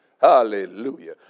Hallelujah